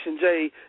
Jay